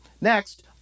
Next